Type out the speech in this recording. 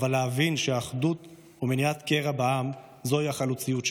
אבל להבין שאחדות ומניעת קרע בעם הן החלוציות שלנו.